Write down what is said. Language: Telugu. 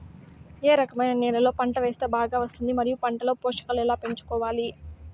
ఏ రకమైన నేలలో పంట వేస్తే బాగా వస్తుంది? మరియు పంట లో పోషకాలు ఎలా పెంచుకోవాలి?